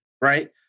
right